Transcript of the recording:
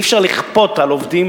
אי-אפשר לכפות על עובדים,